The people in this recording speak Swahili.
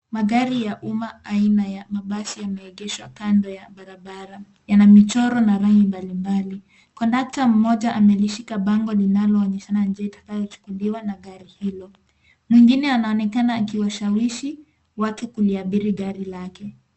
Magari ya umma aina ya mabasi yameegeshwa kando ya barabara. Yana michoro na rangi mbalimbali. Kondakta mmoja amelishika bango linaloonyeshana njia itakayochukuliwa na gari hilo. Mwingine anaonekana akiwashawishi watu kuliabiri gari lake.